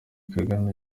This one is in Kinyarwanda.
kagame